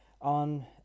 on